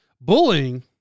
Bullying